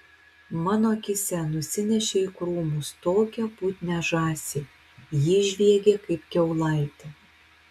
mano akyse nusinešė į krūmus tokią putnią žąsį ji žviegė kaip kiaulaitė